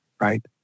right